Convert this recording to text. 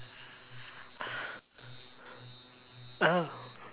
oh